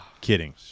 Kidding